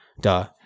Duh